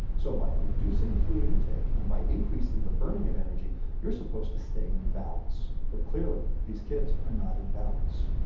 so by reducing food intake and by increasing the burning of energy you're supposed to stay in balance but clearly these kids are not in balance.